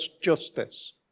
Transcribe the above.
justice